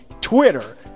Twitter